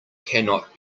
cannot